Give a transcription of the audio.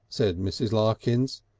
said mrs. larkins,